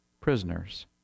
prisoners